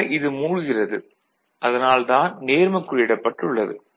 ஆக இது மூழ்குகிறது அதனால் தான் நேர்மக்குறியிடப்பட்டுள்ளது